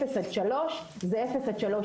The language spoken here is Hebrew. אפס עד שלוש זה אפס עד שלוש.